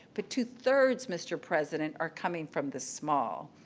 but two-thirds, mr. president, are coming from the small.